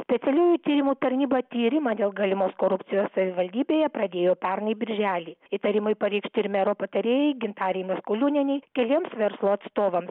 specialiųjų tyrimų tarnyba tyrimą dėl galimos korupcijos savivaldybėje pradėjo pernai birželį įtarimai pareikšti ir mero patarėjai gintarei maskoliūnienei keliems verslo atstovams